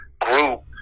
group